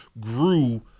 grew